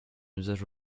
usage